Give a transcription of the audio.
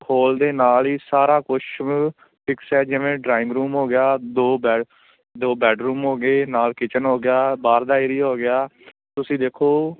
hole ਦੇ ਨਾਲ ਹੀ ਸਾਰਾ ਕੁਛ ਫਿਕਸ ਹੈ ਜਿਵੇਂ ਡਰਾਇੰਗ ਰੂਮ ਹੋ ਗਿਆ ਦੋ ਬੈਡ ਦੋ ਬੈਡਰੂਮ ਹੋ ਗਏ ਨਾਲ ਕਿਚਨ ਹੋ ਗਿਆ ਬਾਹਰ ਦਾ ਏਰੀਆ ਹੋ ਗਿਆ ਤੁਸੀਂ ਦੇਖੋ